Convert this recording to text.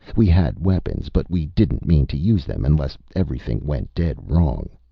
we had weapons, but we didn't mean to use them unless everything went dead wrong.